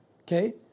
Okay